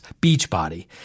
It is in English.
Beachbody